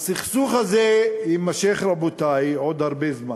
הסכסוך הזה יימשך, רבותי, עוד הרבה זמן.